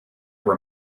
were